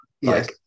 Yes